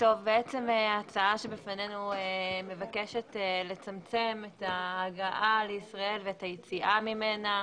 ההצעה שבפנינו מבקשת לצמצם את ההגעה לישראל ואת היציאה ממנה.